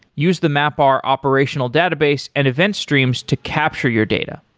use the mapr operational database and event streams to capture your data.